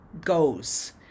goes